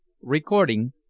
Recording